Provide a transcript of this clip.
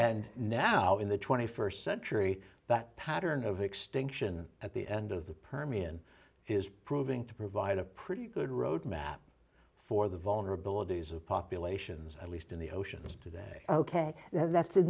and now in the st century that pattern of extinction at the end of the permian is proving to provide a pretty good road map for the vulnerabilities of populations at least in the oceans today ok now that's in